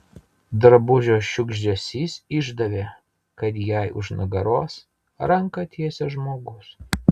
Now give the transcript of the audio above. drabužio šiugždesys išdavė kad jai už nugaros ranką tiesia žmogus